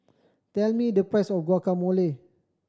tell me the price of Guacamole